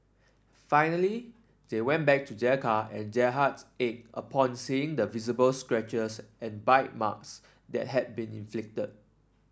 finally they went back to their car and their hearts ached upon seeing the visible scratches and bite marks that had been inflicted